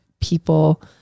people